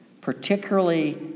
particularly